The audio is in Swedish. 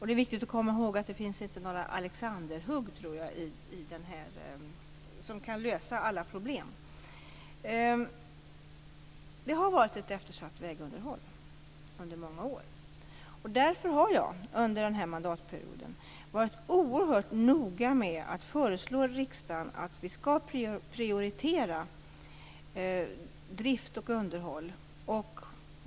Det är viktigt att komma ihåg att det inte finns några alexanderhugg som kan lösa alla problem. Vägunderhållet har varit eftersatt under många år. Därför har jag under denna mandatperiod varit oerhört noga med att föreslå riksdagen att vi skall prioritera drift och underhåll.